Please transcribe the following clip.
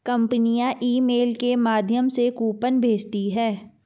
कंपनियां ईमेल के माध्यम से कूपन भेजती है